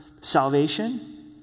salvation